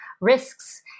risks